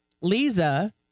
Lisa